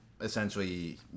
Essentially